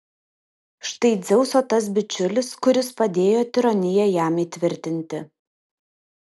štai dzeuso tas bičiulis kuris padėjo tironiją jam įtvirtinti